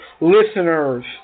listeners